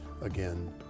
again